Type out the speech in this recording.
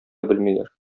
белмиләр